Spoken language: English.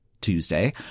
Tuesday